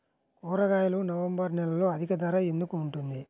కూరగాయలు నవంబర్ నెలలో అధిక ధర ఎందుకు ఉంటుంది?